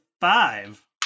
five